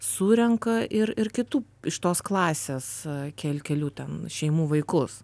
surenka ir ir kitų iš tos klasės kel kelių ten šeimų vaikus